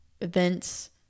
events